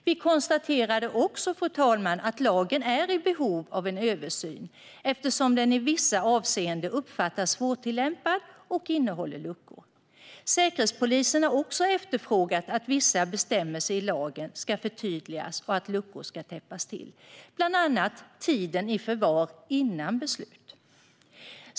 Vi konstaterade också, fru talman, att lagen är i behov av en översyn eftersom den i vissa avseenden uppfattas som svårtillämpad och innehåller luckor. Säkerhetspolisen har också efterfrågat att vissa bestämmelser i lagen ska förtydligas och att luckor ska täppas till, bland annat tiden i förvar före beslut.